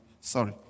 sorry